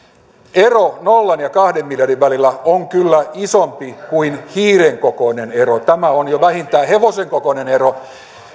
ero nollan ja kahden miljardin välillä on kyllä isompi kuin hiiren kokoinen ero tämä on jo vähintään hevosen kokoinen ero